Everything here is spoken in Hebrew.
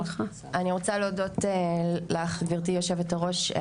אני רוצה להודות לך גברתי היושבת-ראש,